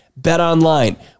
BetOnline